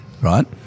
Right